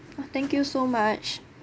ah thank you so much